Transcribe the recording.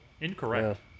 Incorrect